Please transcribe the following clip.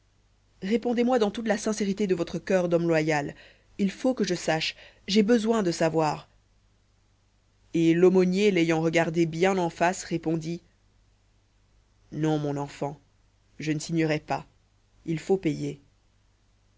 répondez-moi dans toute la sincérité de votre coeur d'homme loyal il faut que je sache j'ai besoin de savoir et l'aumônier l'ayant regardé bien en face répondit non mon enfant je ne signerais pas il faut payer